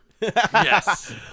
Yes